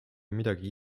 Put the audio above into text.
midagi